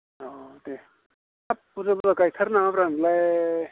अ दे हाब बुरजा बुरजा गायथारो नामाब्रा नोंलाय